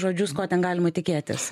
žodžius ko ten galima tikėtis